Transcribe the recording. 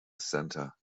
center